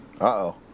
Uh-oh